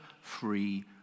free